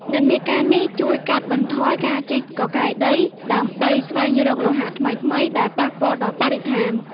និន្នាការនេះជួយកាត់បន្ថយការជីកកកាយដីដើម្បីស្វែងរកលោហៈថ្មីៗ ដែលប៉ះពាល់ដល់បរិស្ថាន។